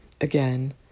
again